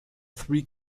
three